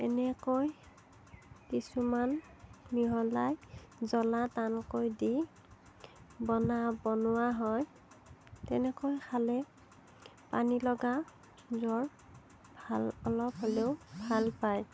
এনেকৈ কিছুমান মিহলাই জ্বলা টানকৈ দি বনা বনোৱা হয় তেনেকৈ খালে পানী লগা জ্বৰ ভাল অলপ হ'লেও ভাল পায়